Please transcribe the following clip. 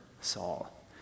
Saul